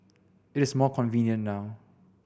it is more convenient now